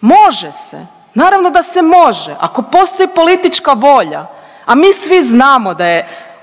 Može se, naravno da se može ako postoji politička volja, a mi svi znamo da je